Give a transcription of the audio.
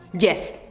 yes.